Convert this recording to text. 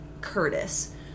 Curtis